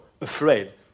afraid